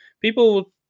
people